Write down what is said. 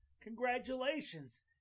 congratulations